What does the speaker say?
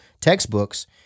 textbooks